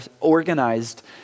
organized